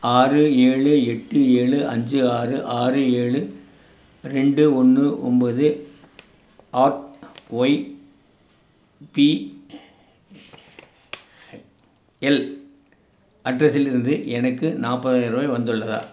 ஆறு ஏழு எட்டு ஏழு அஞ்சி ஆறு ஆறு ஏழு ரெண்டு ஒன்று ஒம்போது அட் ஒய்பிஎல் அட்ரஸிலிருந்து எனக்கு நாற்பதாயிருவாய் வந்துள்ளதா